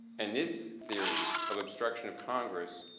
and this theory of obstruction of congress,